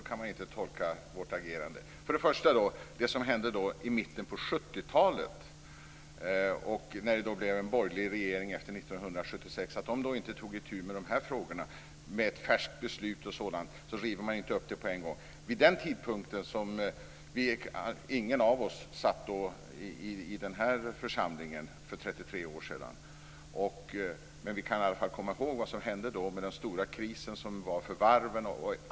Fru talman! Nej, så kan man inte tolka vårt agerande. Att den borgerliga regeringen 1976 inte tog itu med dessa frågor var ju för att man inte ville riva upp ett så färskt beslut med en gång. Vid den tidpunkten - för 33 år sedan - var det ingen av oss som var med i den här församlingen. Men vi kan i alla fall komma ihåg det som hände med bl.a. den stora varvskrisen.